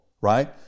right